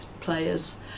players